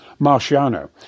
Marciano